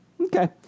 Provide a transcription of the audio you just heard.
Okay